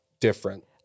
different